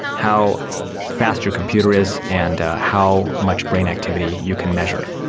how fast your computer is, and how much brain activity you can measure.